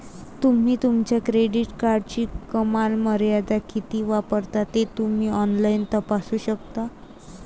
तुम्ही तुमच्या क्रेडिट कार्डची कमाल मर्यादा किती वापरता ते तुम्ही ऑनलाइन तपासू शकता